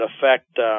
affect